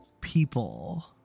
people